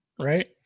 Right